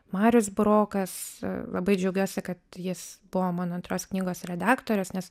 marius burokas labai džiaugiuosi kad jis buvo mano antros knygos redaktorius nes